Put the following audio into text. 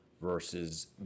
versus